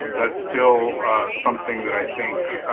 that's still something that i think